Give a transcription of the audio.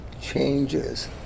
changes